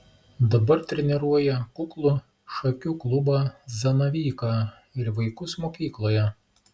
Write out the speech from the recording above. dabar treniruoja kuklų šakių klubą zanavyką ir vaikus mokykloje